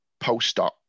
postdoc